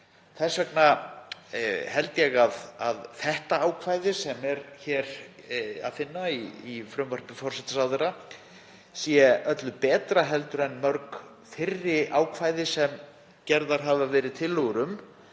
Þess vegna held ég að það ákvæði sem er að finna í frumvarpi forsætisráðherra sé öllu betra en mörg fyrri ákvæði sem gerðar hafa verið tillögur um